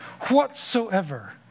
whatsoever